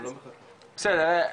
בסדר,